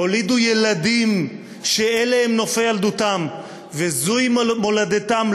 הולידו ילדים שאלה הם נופי ילדותם וזוהי מולדתם,